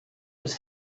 his